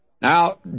Now